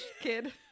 kid